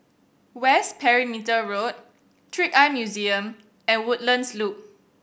West Perimeter Road Trick Eye Museum and Woodlands Loop